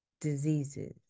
diseases